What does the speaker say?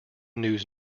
news